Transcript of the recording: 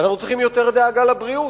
אנחנו צריכים יותר דאגה לבריאות.